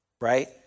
right